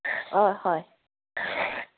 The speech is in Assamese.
অঁ হয়